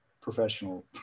professional